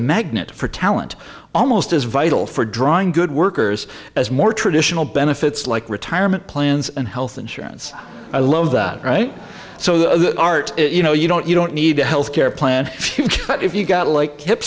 magnet for talent almost as vital for drawing good workers as more traditional benefits like retirement plans and health insurance i love that right so the art you know you don't you don't need a health care plan but if you've got like